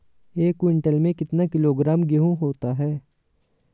एक क्विंटल में कितना किलोग्राम गेहूँ होता है?